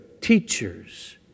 teachers